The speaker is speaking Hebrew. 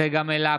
צגה מלקו,